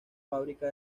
fábrica